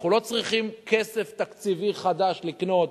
אנחנו לא צריכים כסף תקציבי חדש כדי לקנות.